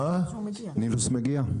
"נילוס" מגיע.